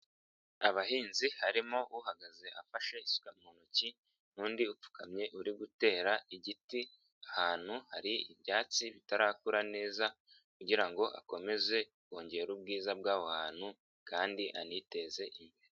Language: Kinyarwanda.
Abahinzi harimo uhagaze afashe isuka mu ntoki'u undi upfukamye uri gutera igiti ahantu hari ibyatsi bitarakura neza kugira ngo akomeze kongera ubwiza bw'aho hantu kandi aniteze imbere.